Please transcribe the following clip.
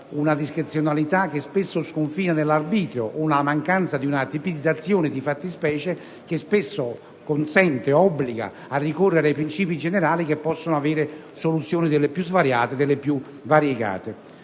una discrezionalità che spesso sconfina nell'arbitrio o una mancanza di tipizzazione di fattispecie che spesso consente ed obblighi a ricorrere ai principi generali che possono avere soluzioni tra le più svariate e variegate.